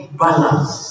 balance